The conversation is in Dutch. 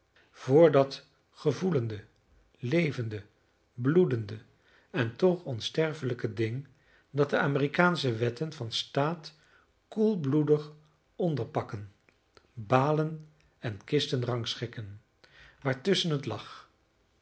dat gevoelende levende bloedende en toch onsterfelijke ding dat de amerikaansche wetten van staat koelbloedig onder pakken balen en kisten rangschikten waartusschen het lag